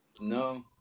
No